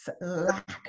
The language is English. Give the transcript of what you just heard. lack